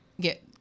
get